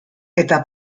eta